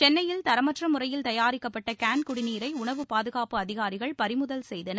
சென்னையில் தரமற்ற முறையில் தயாரிக்கப்பட்ட கேன் குடிநீரை உணவு பாதுகாப்பு அதிகாரிகள் பறிமுதல் செய்தனர்